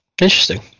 Interesting